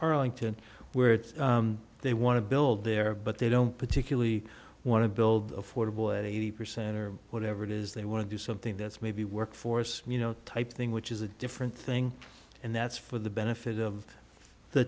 arlington where they want to build there but they don't particularly want to build affordable at eighty percent or whatever it is they want to do something that's maybe workforce you know type thing which is a different thing and that's for the benefit of the